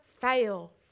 fail